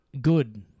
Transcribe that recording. good